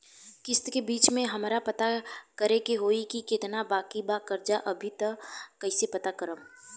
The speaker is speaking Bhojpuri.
किश्त के बीच मे हमरा पता करे होई की केतना बाकी बा कर्जा अभी त कइसे करम?